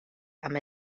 amb